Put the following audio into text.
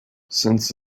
since